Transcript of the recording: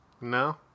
No